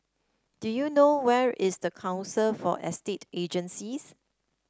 do you know where is the Council for Estate Agencies